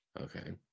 Okay